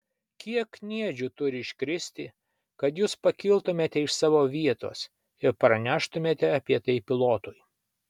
kiek kniedžių turi iškristi kad jūs pakiltumėte iš savo vietos ir praneštumėte apie tai pilotui